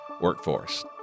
workforce